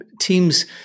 teams